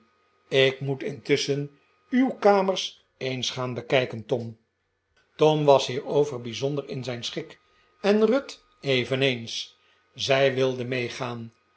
ik moet intusschen uw kamers eens gaan bekijken tom tom was hierover bijzonder in zijn schik en ruth eveneens zij wilde meegaan